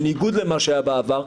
בניגוד למה שהיה בעבר,